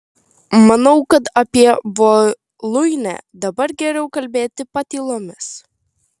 manau kad apie voluinę dabar geriau kalbėti patylomis